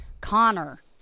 Connor